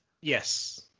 Yes